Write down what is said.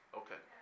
okay